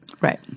right